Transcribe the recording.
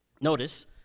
Notice